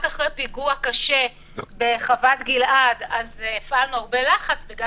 אחרי פיגוע קשה בחוות גלעד - אז הפעלנו הרבה לחץ בגלל